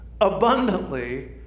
abundantly